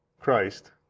Christ